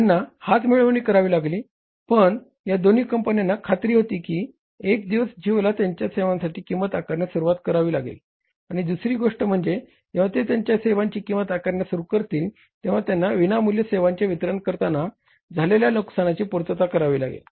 त्यांना हातमिळवणी करावी लागली पण या दोन्ही कंपन्यांना खात्री होती की एक दिवस जिओला त्यांच्या सेवांसाठी किंमत आकारण्यास सुरुवात करावी लागेल आणि दुसरी गोष्ट म्हणजे जेव्हा ते त्यांच्या सेवांची किंमत आकारण्यास सुरु करतील तेव्हा त्यांना विनामूल्य सेवांचे वितरन करताना झालेल्या नुकसानाची पूर्तता करावी लागेल